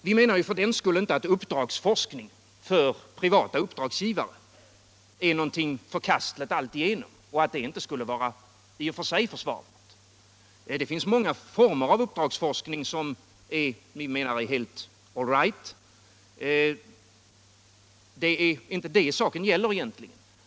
Vi menar för den skull inte att uppdragsforskning för privata uppdragsgivare är någonting alltigenom förkastligt och att den inte skulle vara försvarlig i och för sig. Det finns många former av uppdragsforskning som är helt all right. Det är inte det saken gäller egentligen.